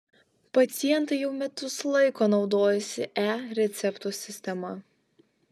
pacientai jau metus laiko naudojasi e receptų sistema